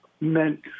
meant